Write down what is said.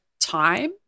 time